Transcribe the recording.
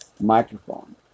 microphone